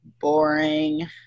boring